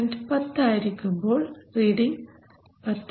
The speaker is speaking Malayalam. കറൻറ് 10 ആയിരിക്കുമ്പോൾ റീഡിങ് 10